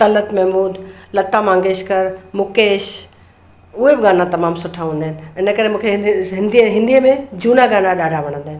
तलक महमुद लता मंगेशकर मुकेश उहे बि गाना तमामु सुठा हूंदा आहिनि इन करे मूंखे हिंदी हिंदीअ में झूना गाना ॾाढा वणंदा आहिनि